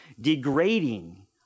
degrading